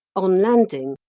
on landing,